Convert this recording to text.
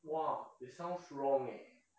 !wah! it sounds wrong eh